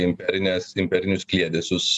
imperines imperinius skiedesius